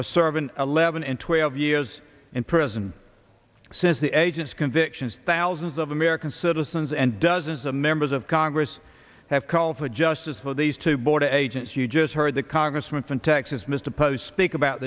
or serve an eleven and twelve years in prison since the agent's convictions thousands of american citizens and dozens of members of congress have called for justice for these two border agents you just heard the congressman from texas mr post speak about